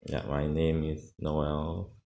ya my name is noel